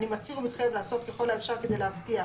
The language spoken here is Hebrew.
1. אני מצהיר ומתחייב לעשות ככל האפשר כדי להבטיח